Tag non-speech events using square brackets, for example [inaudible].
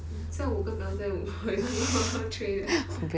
这样我跟 mel 这样 [laughs] 买一个 tray 的